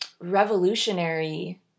revolutionary